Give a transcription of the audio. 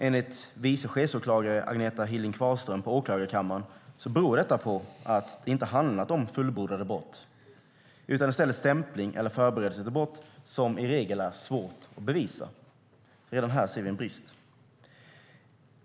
Enligt vice chefsåklagare Agnetha Hilding Qvarnström på åklagarkammaren beror detta på att det inte har handlat om fullbordade brott utan i stället stämpling eller förberedelse till brott som i regel är svårt att bevisa. Redan här ser vi en brist.